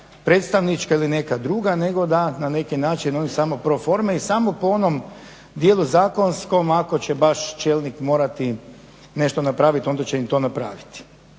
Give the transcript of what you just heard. predstavnička ili neka druga, nego da na neki način oni su samo pro forme i samo po onom dijelu zakonskom, ako će baš čelnik morati nešto napraviti, onda će im to napraviti.